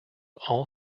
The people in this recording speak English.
all